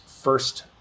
first